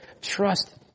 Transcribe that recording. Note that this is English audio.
Trust